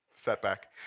setback